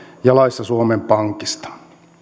ja laissa suomen pankista